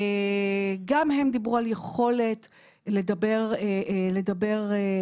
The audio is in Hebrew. גם הם דיברו על יכולת לדבר בוואטסאפ.